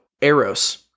eros